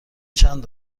چند